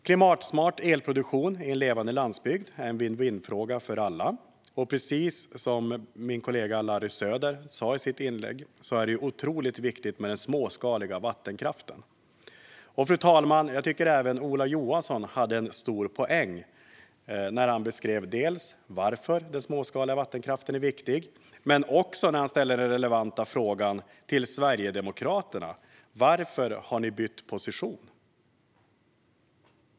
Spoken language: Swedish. Klimatsmart elproduktion i en levande landsbygd är en win-win-fråga för alla. Precis som min kollega Larry Söder sa i sitt anförande är den småskaliga vattenkraften otroligt viktig. Även Ola Johansson hade en stor poäng när han dels beskrev varför den småskaliga vattenkraften är viktig, dels ställde den relevanta frågan varför Sverigedemokraterna har bytt position.